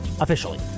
officially